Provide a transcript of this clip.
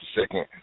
second